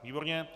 Výborně.